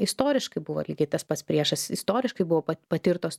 istoriškai buvo lygiai tas pats priešas istoriškai buvo patirtos